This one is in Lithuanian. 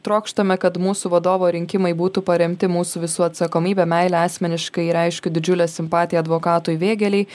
trokštame kad mūsų vadovo rinkimai būtų paremti mūsų visų atsakomybe meile asmeniškai reiškiu didžiulę simpatiją advokatui vėgėlei